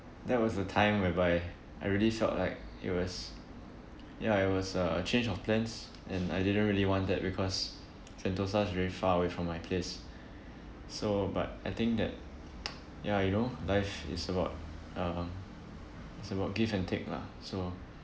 that was the time whereby I really felt like it was ya it was a change of plans and I didn't really want that because sentosa is very far away from my place so but I think that ya you know life is about um it's about give and take lah so